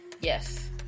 Yes